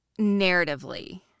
narratively